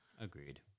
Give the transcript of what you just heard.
Agreed